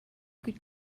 could